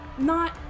not-